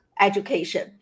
education